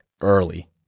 early